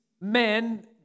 men